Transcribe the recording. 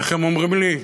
איך הם אומרים לי?